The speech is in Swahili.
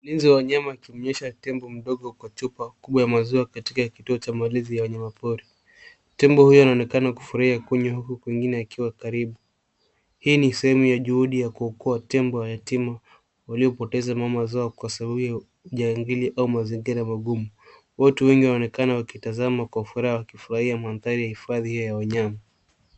Mlinzi wa wanyama akimnywesha tembo mdogo kwa chupa kubwa ya maziwa katika kituo cha malezi ya wanyama pori. Tembo huyu anaonekana kufurahia kunywa huku mwingine akiwa karibu. Hii ni sehemu ya juhudi ya kuokoa tembo mayatima waliopoteza mama zao kwa sababu ya ujangili au mazingira magumu. Watu wengi wanaonekana wakitazama kwa furaha wakifurahia mandhari ya hifadhi hiyo ya wanyama.